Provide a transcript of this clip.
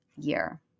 year